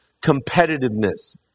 Competitiveness